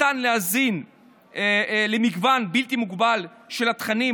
ניתן להאזין למגוון בלתי מוגבל של תכנים,